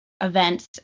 events